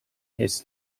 his